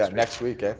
ah next week,